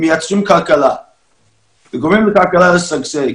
מייצרים כלכלה וגורמים לכלכלה לשגשג.